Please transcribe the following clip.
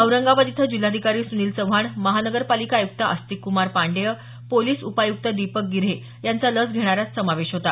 औरंगाबाद इथं जिल्हाधिकारी सुनील चव्हाण महापालिका आयुक्त आस्तिकुमार पांडेय पोलिस उपायुक्त दीपक गिऱ्हे यांचा लस घेणाऱ्यांत समावेश होता